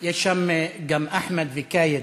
יש שם גם אחמד וכאייד,